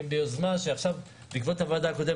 בעקבות הוועדה הקודמת,